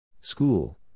School